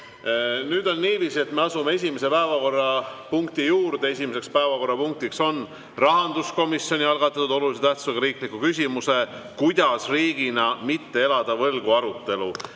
Nüüd on niiviisi, et me asume esimese päevakorrapunkti juurde. Esimene päevakorrapunkt on rahanduskomisjoni algatatud olulise tähtsusega riikliku küsimuse "Kuidas riigina mitte elada võlgu?" arutelu.